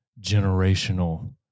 generational